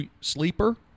sleeper